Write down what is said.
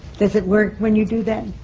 does it work when you do that?